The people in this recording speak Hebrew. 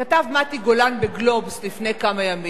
כתב מתי גולן ב"גלובס" לפני כמה ימים,